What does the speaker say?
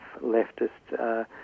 leftist